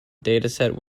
dataset